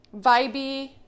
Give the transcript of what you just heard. vibey